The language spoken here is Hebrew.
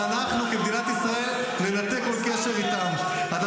אתם המממנים הכי גדולים של חמאס.